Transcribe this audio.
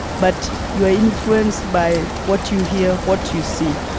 but you are influenced by what you hear, what you see.